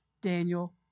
Daniel